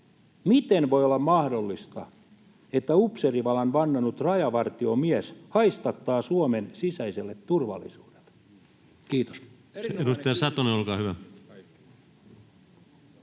miten voi olla mahdollista, että upseerivalan vannonut rajavartiomies haistattaa Suomen sisäiselle turvallisuudelle? — Kiitos.